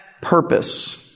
purpose